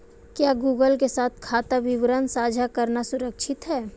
क्या गूगल के साथ खाता विवरण साझा करना सुरक्षित है?